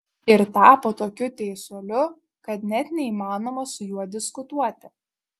ir tapo tokiu teisuoliu kad net neįmanoma su juo diskutuoti